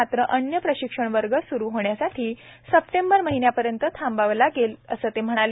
मात्र अन्य प्रशिक्षण वर्ग स्रू होण्यासाठी सप्टेंबर महिन्यापर्यंत थांबावं लागेल असं ते म्हणाले